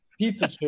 Pizza